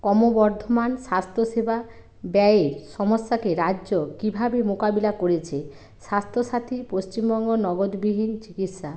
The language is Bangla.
ক্রমবর্ধমান স্বাস্থ্যসেবা ব্যয়ের সমস্যাকে রাজ্য কীভাবে মোকাবিলা করেছে স্বাস্থ্যসাথীর পশ্চিমবঙ্গ নগদ বিহীন চিকিৎসা